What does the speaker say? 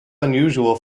unusual